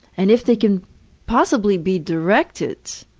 and if they can possibly be directed,